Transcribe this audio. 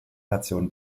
nation